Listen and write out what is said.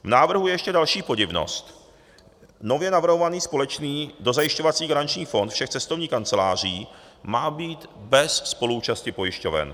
V návrhu je ještě další podivnost: nově navrhovaný společný dozajišťovací garanční fond všech cestovních kanceláří má být bez spoluúčasti pojišťoven.